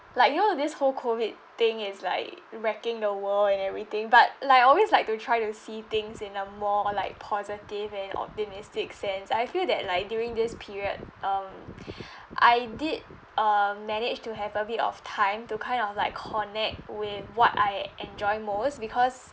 like you know this whole COVID thing is like wrecking the world and everything but like I always like to try to see things in a more like positive and optimistic sense I feel that like during this period um I did uh manage to have a bit of time to kind of like connect with what I enjoy most because